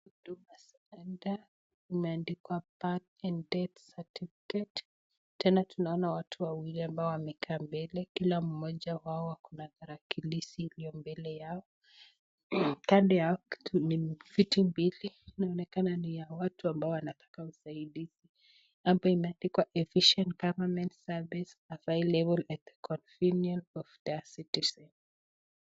Hunduma center imeandikwa birth and death certificate tena tunaona watu wawili ambao wamekaa mbele kila mmoja ako na talakilishi iliyo mbele yao, kando yao ni viti mbili inaonekana ni watu ambao wanataka usaidizi, hapo imeadikwa efficient goverment service available convinient .